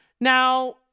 now